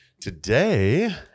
today